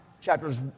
chapters